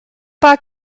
pas